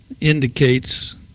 Indicates